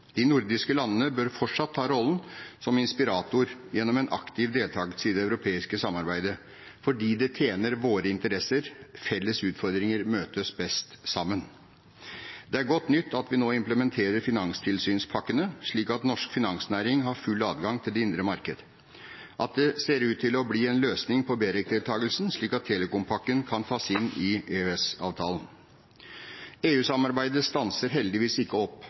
De nordiske landene bør fortsatt ta rollen som inspirator gjennom en aktiv deltakelse i det europeiske samarbeidet fordi det tjener våre interesser. Felles utfordringer møtes best sammen. Det er godt nytt at vi nå implementerer finanstilsynspakkene, slik at norsk finansnæring har full adgang til det indre marked, og at det ser ut til å bli en løsning på BEREC-deltakelsen, slik at telekom-pakken kan tas inn i EØS-avtalen. EU-samarbeidet stanser heldigvis ikke opp,